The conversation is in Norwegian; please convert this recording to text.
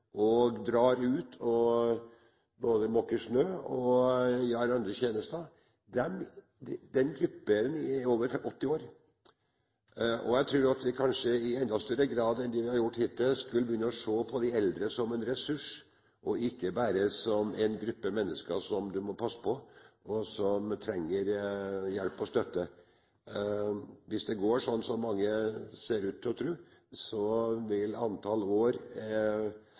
som drar ut og både måker snø og gjør andre tjenester, over 80 år. Jeg tror at vi kanskje i enda større grad enn det vi hittil har gjort, burde begynne å se på de eldre som en ressurs, ikke bare som en gruppe mennesker som man må passe på, og som trenger hjelp og støtte. Hvis det går sånn som mange ser ut til å tro, vil antall år